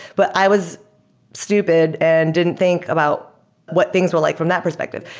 but i was stupid and didn't think about what things were like from that perspective.